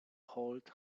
hold